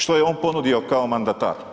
Što je on ponudio kao mandatar?